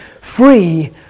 free